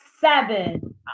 seven